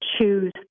choose